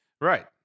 Right